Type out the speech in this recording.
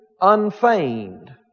unfeigned